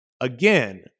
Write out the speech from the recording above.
again